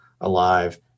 alive